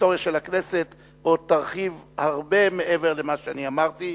שההיסטוריה של הכנסת עוד תרחיב הרבה מעבר למה שאמרתי.